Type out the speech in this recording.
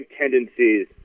tendencies